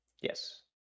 Yes